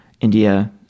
India